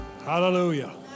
Hallelujah